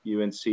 UNC